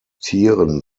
tieren